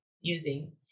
using